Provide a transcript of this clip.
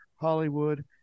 Hollywood